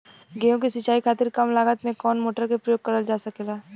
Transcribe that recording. गेहूँ के सिचाई खातीर कम लागत मे कवन मोटर के प्रयोग करल जा सकेला?